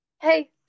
hey